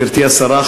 גברתי השרה,